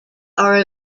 are